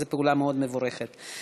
זו פעולה מבורכת מאוד.